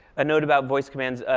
a note about voice commands.